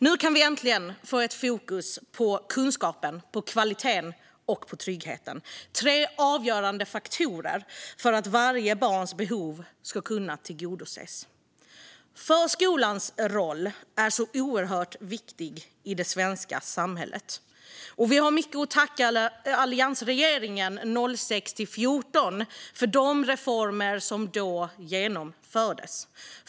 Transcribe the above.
Nu kan vi äntligen få fokus på kunskapen, kvaliteten och tryggheten, som är avgörande faktorer för att varje barns behov ska kunna tillgodoses. Förskolans roll är oerhört viktig i det svenska samhället. Vi kan tacka alliansregeringen 2006-2014 för de reformer som då genomfördes.